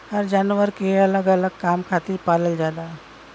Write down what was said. हर जानवर के अलग अलग काम खातिर पालल जाला